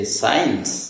science